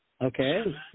Okay